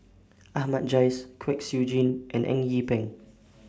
Ahmad Jais Kwek Siew Jin and Eng Yee Peng